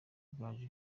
bwaje